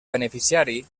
beneficiari